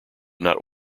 not